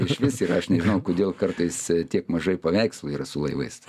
išvis yra aš nežinau kodėl kartais tiek mažai paveikslų yra su laivais